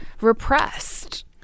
repressed